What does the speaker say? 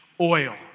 oil